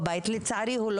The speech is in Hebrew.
הציפייה שלי מהדיון הזה,